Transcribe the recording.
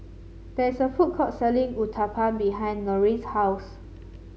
there is a food court selling Uthapam behind Norine's house